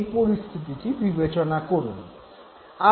এই পরিস্থিতিটি বিবেচনা করুন